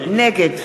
נגד